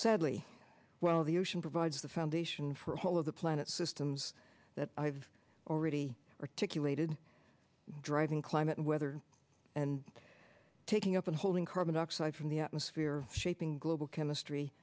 sadly well the ocean provides the foundation for all of the planet's systems that i've already articulated driving climate and weather and taking up and holding carbon dioxide from the atmosphere shaping global chemistry